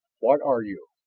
what are you?